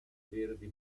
verdi